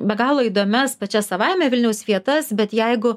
be galo įdomias pačias savaime vilniaus vietas bet jeigu